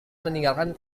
meninggalkan